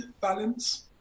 balance